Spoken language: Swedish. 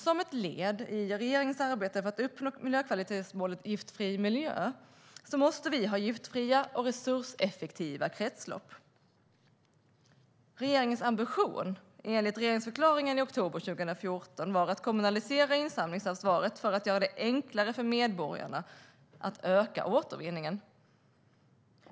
Som ett led i regeringens arbete för att uppnå miljökvalitetsmålet Giftfri miljö måste vi ha giftfria och resurseffektiva kretslopp. Regeringens ambition var enligt regeringsförklaringen i oktober 2014 att kommunalisera insamlingssystemet för att göra det enklare för medborgarna att öka återvinningen.